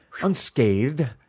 unscathed